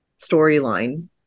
storyline